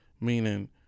meaning